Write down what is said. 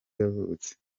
yavutse